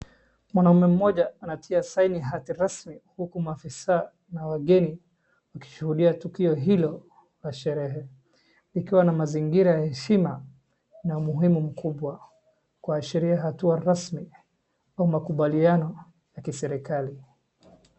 Mwanaume mmoja anatia saini hati rasmi huku maafisa na wageni wakishuhudia tukio hilo na sherehe ikiwa na mazingira ya heshima na umuhimu mkubwa kwa sheria hatua rasmi kwa makubaliano ya kiserikali.